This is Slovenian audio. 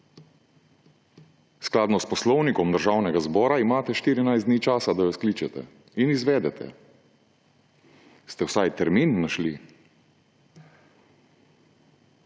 Skladno s Poslovnikom Državnega zbora imate 14 dni časa, da jo skličete in izvedete. Ste vsaj termin našli?